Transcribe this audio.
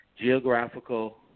geographical